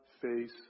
face